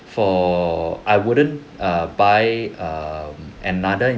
for I wouldn't err buy um another